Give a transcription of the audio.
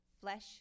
Flesh